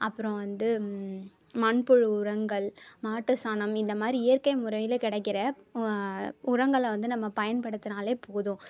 அப்புறம் வந்து மண்புழு உரங்கள் மாட்டு சாணம் இந்த மாதிரி இயற்கை முறையில் கிடைக்கிற உரங்களை வந்து நம்ம பயன்படுத்தினாலே போதும்